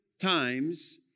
times